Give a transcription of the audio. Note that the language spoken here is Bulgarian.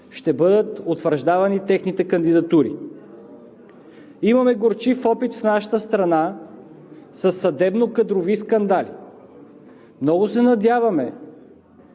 ще бъдат утвърждавани техните кандидатури. Имаме горчив опит в нашата страна със съдебно-кадрови скандали. Много се надяваме